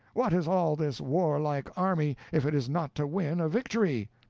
what is all this warlike army, if it is not to win a victory?